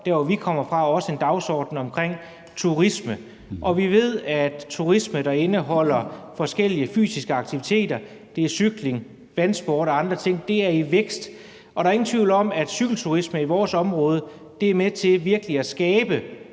hvor vi kommer fra, også er en dagsorden om turisme. Og vi ved, at turisme, der indeholder forskellig fysiske aktiviteter – det er cykling, vandsport og andre ting – er i vækst. Der er ingen tvivl om, at cykelturisme i vores område er med til virkelig at skabe